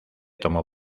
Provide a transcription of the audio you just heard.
tomó